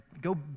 go